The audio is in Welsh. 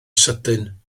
sydyn